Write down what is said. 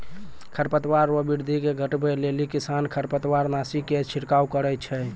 खरपतवार रो वृद्धि के घटबै लेली किसान खरपतवारनाशी के छिड़काव करै छै